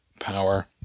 power